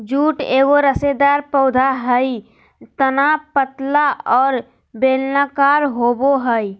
jute एगो रेशेदार पौधा हइ तना पतला और बेलनाकार होबो हइ